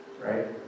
right